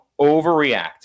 overreact